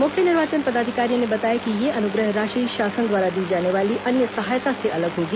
मुख्य निर्वाचन पदाधिकारी ने बताया कि यह अनुग्रह राशि शासन द्वारा दी जाने वाली अन्य सहायता से अलग होगी